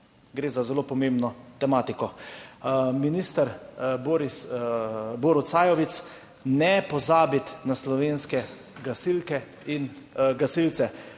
Gre za zelo pomembno tematiko. Minister Borut Sajovic, ne pozabiti na slovenske gasilke